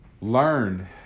learned